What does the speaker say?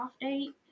date